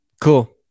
Cool